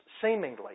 seemingly